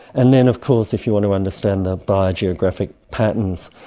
and then of course if you want to understand the biogeographic patterns,